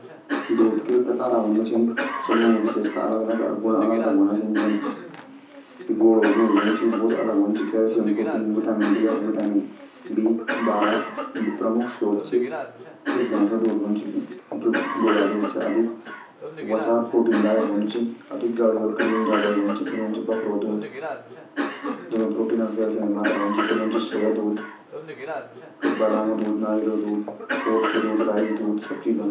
दूध के प्रकारो व्हदं, अर यो एक दूसरा से अलग व्हंदु। जनि -वसा का हिसाब से जन पूरु दूध और वसा रहित दूध जनि -रासायनिक संरचना हिसाब से, लेक्टोजा हिसाब से, स्वादा हिसाब से, जानवरुँ का हिसाब से जन-ग्वोरु, बाखरा, ऊँट सभ्भू दूध अलग-अलग व्हंदु।